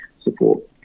support